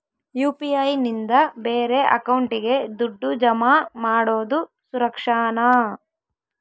UPI ನಿಂದ ಬೇರೆ ಅಕೌಂಟಿಗೆ ದುಡ್ಡು ಜಮಾ ಮಾಡೋದು ಸುರಕ್ಷಾನಾ?